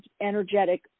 energetic